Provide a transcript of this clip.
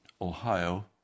Ohio